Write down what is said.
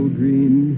green